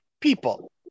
people